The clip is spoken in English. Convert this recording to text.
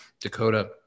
Dakota